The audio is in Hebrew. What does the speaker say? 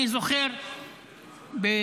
אני זוכר שבנובמבר,